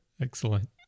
Excellent